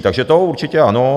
Takže to určitě ano.